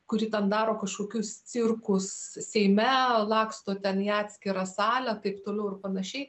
kuri ten daro kažkokius cirkus seime laksto ten į atskirą salę taip toliau ir panašiai